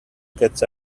gets